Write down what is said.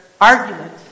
argument